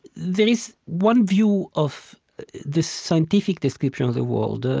there is one view of the scientific description of the world, ah